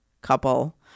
Couple